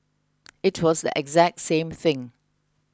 it was the exact same thing